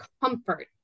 comfort